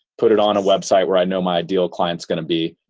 put it on a website where i know my ideal client is going to be.